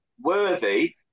worthy